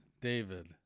David